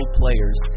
players